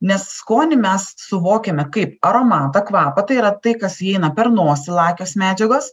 nes skonį mes suvokiame kaip aromatą kvapą tai yra tai kas įeina per nosį lakios medžiagos